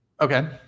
Okay